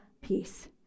peace